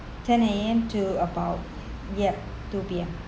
ten A_M to about ya two P_M